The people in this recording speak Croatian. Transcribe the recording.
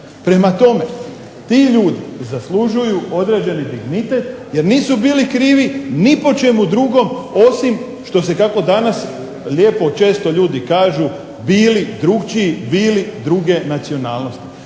Prema tome ti ljudi zaslužuju određeni dignitet, jer nisu bili krivi ni po čemu drugom osim što se kako danas lijepo često ljudi kažu bili drukčiji, bili druge nacionalnosti.